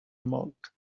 monk